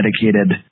dedicated